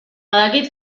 badakit